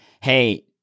Hey